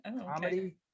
Comedy